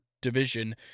division